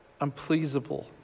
unpleasable